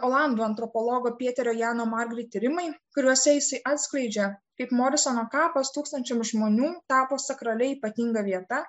olandų antropologo peterio jano margri tyrimai kuriuose jisai atskleidžia kaip morisono kapas tūkstančiams žmonių tapo sakralia ypatinga vieta